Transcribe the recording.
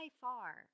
far